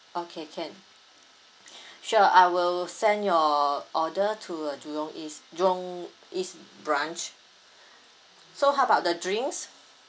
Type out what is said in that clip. okay can sure I will send your order to uh jurong east jurong east branch so how about the drinks